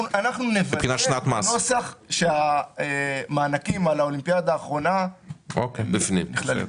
אנחנו נוודא בנוסח שהמענקים על האולימפיאדה האחרונה משולמים.